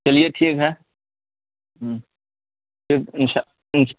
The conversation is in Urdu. چلیے ٹھیک ہے ہوں پھر انشا